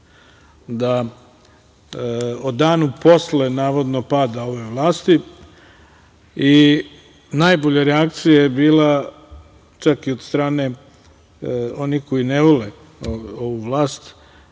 o danu posle navodno pada ove vlasti i najbolja reakcija je bila, čak i od strane onih koji ne vole ovu vlast,